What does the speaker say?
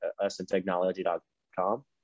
usintechnology.com